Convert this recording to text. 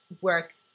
work